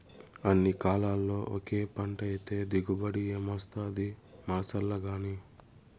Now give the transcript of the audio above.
అన్ని కాలాల్ల ఒకే పంటైతే దిగుబడి ఏమొస్తాది మార్సాల్లగానీ